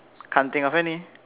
can't think of any